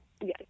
yes